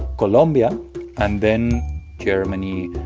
colombia and then germany,